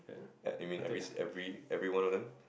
ya you mean every sin~ every every one of them